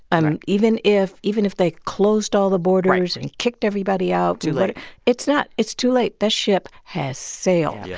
and and even if even if they closed all the borders. right. and kicked everybody out. too late it's not it's too late. the ship has sailed. yeah